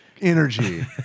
energy